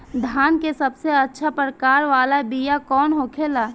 धान के सबसे अच्छा प्रकार वाला बीया कौन होखेला?